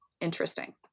interesting